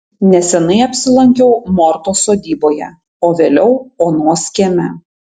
neseniai apsilankiau mortos sodyboje o vėliau onos kieme